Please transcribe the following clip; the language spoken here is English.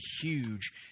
huge